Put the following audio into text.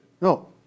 No